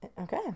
Okay